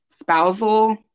spousal